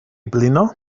blino